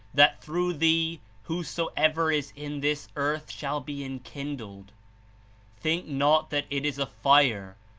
that through thee whosoever is in this earth shall be enkindled. think not that it is a fire,